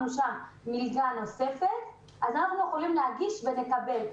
שם מלגה נוספת ואנחנו יכולים להגיש ולקבל.